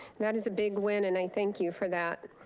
that is a big win and i thank you for that.